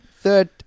Third